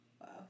Wow